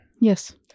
Yes